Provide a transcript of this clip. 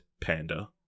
panda